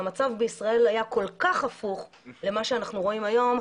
המצב בישראל היה כל כך הפוך לעומת המצב שאנחנו רואים היום.